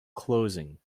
closing